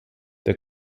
the